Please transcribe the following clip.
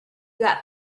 got